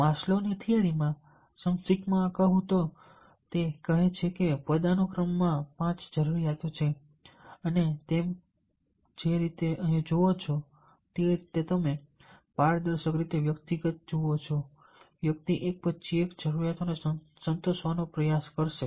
માસ્લોની theory માં સંક્ષિપ્તમાં કહો તે કહે છે કે પદાનુક્રમ માં પાંચ જરૂરિયાતો છે અને તમે જે રીતે અહીં જુઓ છો તે રીતે તમે પારદર્શક રીતે વ્યક્તિગત જુઓ છો વ્યક્તિ એક પછી એક જરૂરિયાતોને સંતોષવાનો પ્રયાસ કરશે